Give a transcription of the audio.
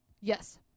Yes